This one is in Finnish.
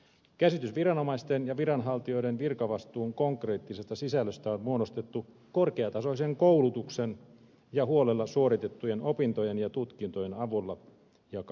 käsitys viranomaisten ja viranhaltijoiden virkavastuun konkreettisesta sisällöstä on muodostettu korkeatasoisen koulutuksen ja huolella suoritettujen opintojen ja tutkintojen avulla ja kautta